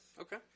Okay